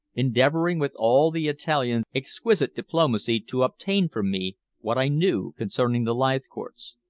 endeavoring with all the italian's exquisite diplomacy to obtain from me what i knew concerning the leithcourts.